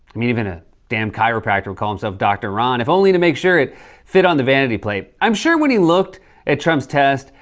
i mean even a damn chiropractor would call himself dr. ron, if only to make sure it fit on the vanity plate. i'm sure when he looked at trump's test,